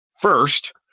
first